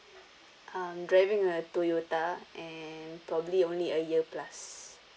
I'm driving a toyota and probably only a year plus